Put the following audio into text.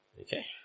Okay